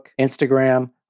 Instagram